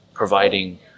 Providing